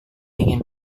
ingin